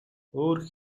өөр